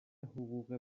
حقوق